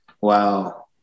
wow